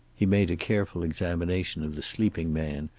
he made a careful examination of the sleeping man,